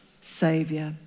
Saviour